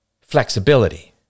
flexibility